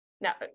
Now